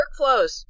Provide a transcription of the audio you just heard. workflows